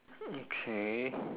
okay